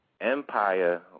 empire